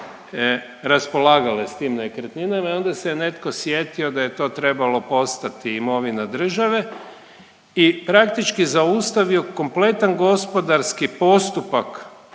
raspolagale s tim nekretninama i onda se netko sjetio da je to trebalo ostati imovina države i praktički zaustavio kompletan gospodarski postupak